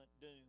doom